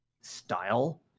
style